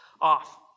off